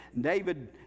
David